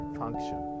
function